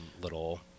little